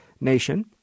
nation